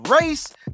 race